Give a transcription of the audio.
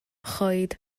choed